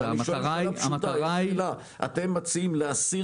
אני שואל שאלה פשוטה: אתם מציעים להסיר